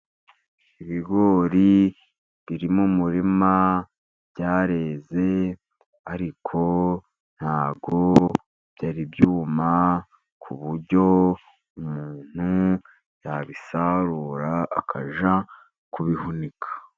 Ibigori biri mu murima byareze, ariko ntabwo byari byuma ku buryo umuntu yabisarura, akajya kubihunika.